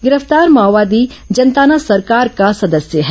गिरफ्तार माओवादी जनताना सरकार का सदस्य है